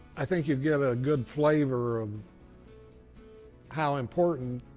i think you get a good flavor of how important,